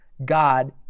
God